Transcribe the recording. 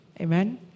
amen